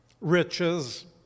riches